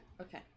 Okay